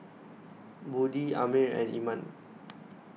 Budi Ammir and Iman